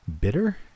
bitter